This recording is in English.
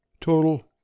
Total